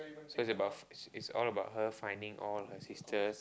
so is about f~ is all about her finding all her sisters